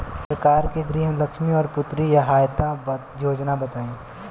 सरकार के गृहलक्ष्मी और पुत्री यहायता योजना बताईं?